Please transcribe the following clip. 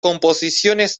composiciones